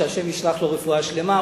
שהשם ישלח לו רפואה שלמה.